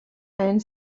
and